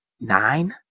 nine